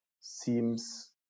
seems